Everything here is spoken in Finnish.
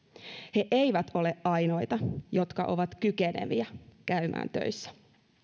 he eivät ole ainoita jotka ovat kykeneviä käymään töissä